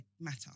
matter